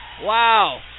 Wow